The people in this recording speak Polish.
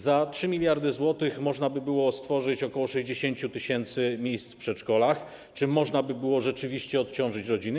Za 3 mld zł można by było stworzyć ok. 60 tys. miejsc w przedszkolach, czym można by było rzeczywiście odciążyć rodziny.